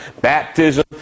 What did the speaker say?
baptism